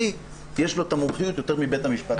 יש לו את המומחיות יותר מבית המשפט לענייני משפחה.